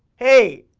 hey.